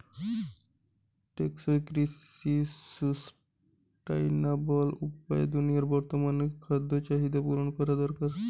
টেকসই কৃষি সুস্টাইনাবল উপায়ে দুনিয়ার বর্তমান খাদ্য চাহিদা পূরণ করা দরকার